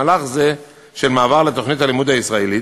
מהלך זה של מעבר לתוכנית הלימוד הישראלית